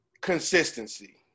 consistency